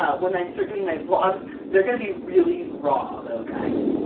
when i start doing my vlogs they're gonna be really raw though, guys.